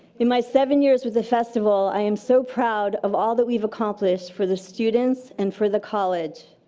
in my seven years with the festival, i am so proud of all that we've accomplished for the students and for the college.